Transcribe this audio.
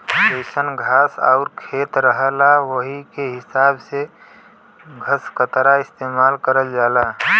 जइसन घास आउर खेत रहला वही के हिसाब से घसकतरा इस्तेमाल करल जाला